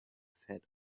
fed